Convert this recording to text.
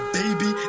baby